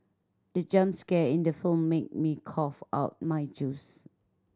the jump scare in the film made me cough out my juice